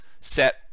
set